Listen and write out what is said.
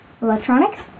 electronics